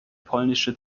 polnische